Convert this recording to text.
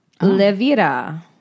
Levira